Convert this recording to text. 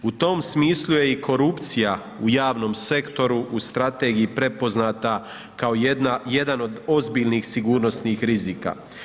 U tom smislu je i korupcija u javnom sektoru u strategiji prepoznata kao jedan od ozbiljnih sigurnosnih rzika.